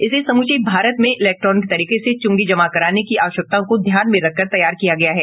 इसे समूचे भारत में इलेक्ट्रॉनिक तरीके से च्रंगी जमा कराने की आवश्यकताओं को ध्यान में रखकर तैयार किया गया है